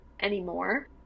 anymore